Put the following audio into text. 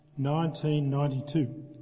1992